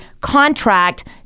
contract